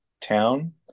Town